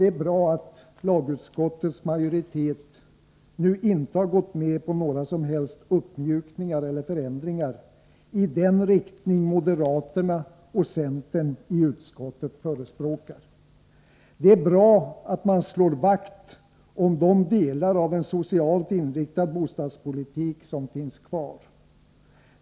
Det är bra att lagutskottets majoritet nu inte gått med på några som helst uppmjukningar eller förändringar i den riktning moderaterna och centern i utskottet förespråkar. Det är bra att man slår vakt om de delar av en socialt inriktad bostadspolitik som finns kvar.